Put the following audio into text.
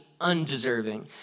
undeserving